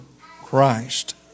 Christ